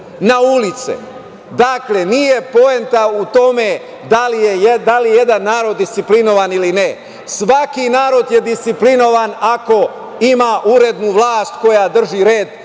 na ulice. Dakle, nije poenta u tome da li je jedan narod disciplinovan ili ne. Svaki narod je disciplinovan ako ima urednu vlast koja drži red